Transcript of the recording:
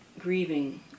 grieving